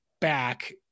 back